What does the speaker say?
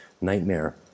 nightmare